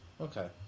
Okay